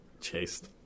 chased